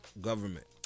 Government